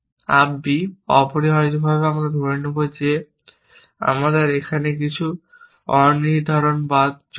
up b অপরিহার্যভাবে আমরা ধরে নেব যে আমাদের এখানে কিছু অনির্ধারণবাদ চলছে